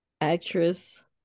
actress